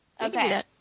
Okay